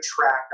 track